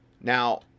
Now